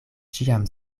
ĉiam